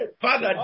Father